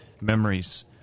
memories